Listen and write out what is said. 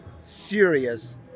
serious